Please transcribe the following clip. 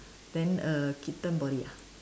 then err kitten body ah